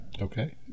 Okay